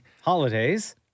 holidays